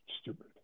stupid